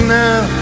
now